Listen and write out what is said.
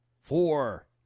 four